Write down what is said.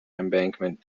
embankment